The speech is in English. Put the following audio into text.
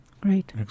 Great